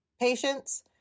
patients